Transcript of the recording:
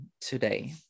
today